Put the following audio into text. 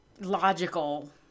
logical